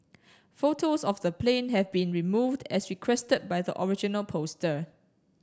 photos of the plane have been removed as requested by the original poster